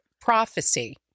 prophecy